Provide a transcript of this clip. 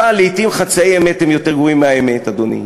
אבל לעתים חצאי אמת גרועים מהשקר, אדוני.